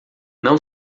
não